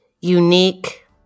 unique